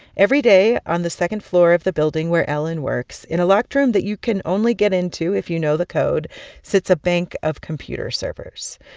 every day, on the second floor of the building where ellen works in a locked room that you can only get into if you know the code sits a bank of computer servers.